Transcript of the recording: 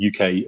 UK